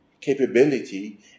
capability